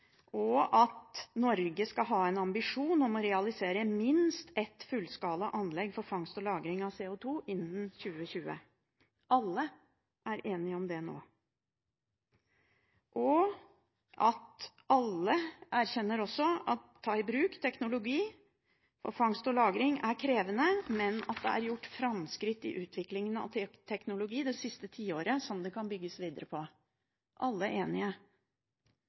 CO2-utslippene, og Norge skal ha en ambisjon om å realisere minst ett fullskala anlegg for fangst og lagring av CO2 innen 2020. Alle er enige om det nå. Alle erkjenner også at det å ta i bruk teknologi for fangst og lagring, er krevende, men det er gjort framskritt i utviklingen av teknologi det siste tiåret som det kan bygges videre på. Alle er enige.